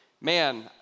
man